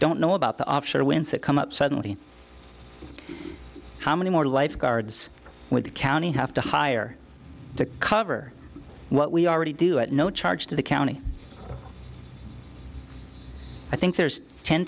don't know about the offshore winds that come up suddenly how many more lifeguards with the county have to hire to cover what we already do at no charge to the county i think there's ten